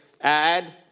add